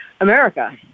America